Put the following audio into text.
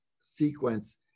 sequence